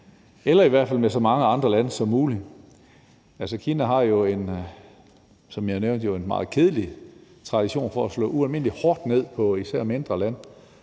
eller i hvert fald sammen med så mange andre lande som muligt. Kina har jo, som jeg nævnte, en meget kedelig tradition for at slå ualmindelig hårdt ned på især mindre lande.